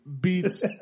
beats